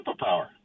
superpower